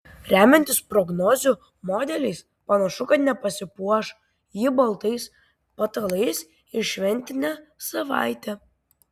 remiantis prognozių modeliais panašu kad nepasipuoš ji baltais patalais ir šventinę savaitę